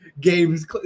games